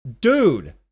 Dude